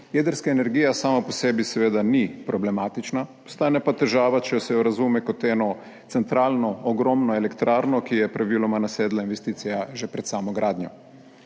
Jedrska energija sama po sebi seveda ni problematična, postane pa težava, če se jo razume kot eno centralno ogromno elektrarno, ki je praviloma nasedla investicija že pred samo gradnjo.